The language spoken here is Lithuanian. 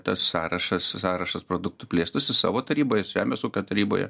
tas sąrašas sąrašas produktų plėstųsi savo taryboj žemės ūkio taryboje